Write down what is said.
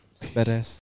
Badass